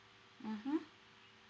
mmhmm